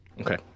okay